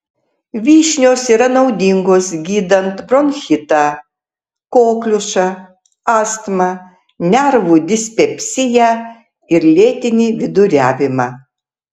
vyšnios yra naudingos gydant bronchitą kokliušą astmą nervų dispepsiją ir lėtinį viduriavimą